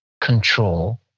control